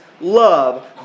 love